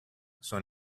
son